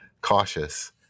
cautious